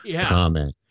comment